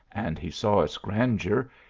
and he saw its grandeur,